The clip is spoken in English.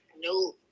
No